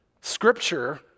Scripture